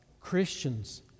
Christians